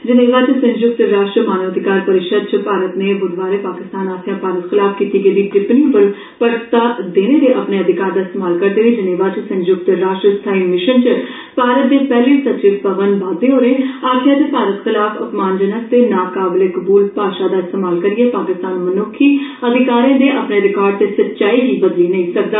Geneva च संयुक्त राश्ट्र मानावाधिकार परिषद च भारत नै ब्रधवारे पाकिस्तान आस्सेआ भारत खलाफ कीती गेदी टिप्पणी पर पॅरता देने दे अपने अधिकार दा इस्तेमाल करेदे होई जिनेवा च संयुक्त राश्ट्र स्थाई मिशन च भारत दे पैहले सचिव पवन बाघे होरे आक्खेआ जे भारत खलाफ अपमानजनक ते नाकाबिले कबूल भाशा दा इस्तेमाल करियै पाकिस्तान मनुक्ख अधिकारें दे अपने रिकार्ड ते सच्चाई गी बदली नेईं सकदा